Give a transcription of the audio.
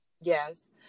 Yes